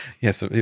Yes